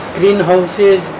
greenhouses